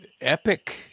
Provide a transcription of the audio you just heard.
epic